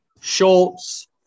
Schultz